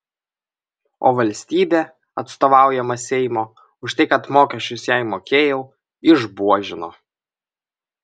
o valstybė atstovaujama seimo už tai kad mokesčius jai mokėjau išbuožino